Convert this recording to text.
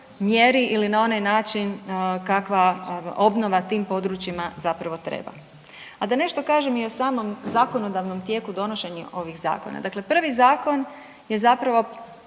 mjeri ili na onaj način kakva obnova tim područjima zapravo treba. A da nešto kažem i o samom zakonodavnom tijeku donošenja ovih zakona. Dakle, prvi zakon je zapravo